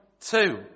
two